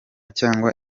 cyangwa